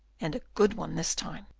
and a good one this time.